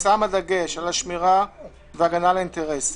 שמה דגש על השמירה ועל הגנה על האינטרסים,